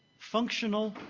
functional.